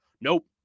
Nope